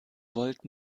wollt